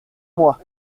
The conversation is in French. mois